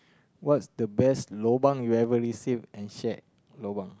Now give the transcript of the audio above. what's the best lobang you ever received and shared lobang